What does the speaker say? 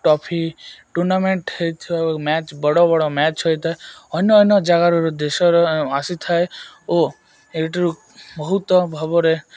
trophy tournament ହେଇଥିବା match ବଡ଼ ବଡ଼ ମ୍ୟାଚ ହୋଇଥାଏ ଅନ୍ୟ ଅନ୍ୟ ଜାଗାରୁ ଦେଶର ଆସିଥାଏ ଓ ଏଇଠିରୁ ବହୁତ ଭାବରେ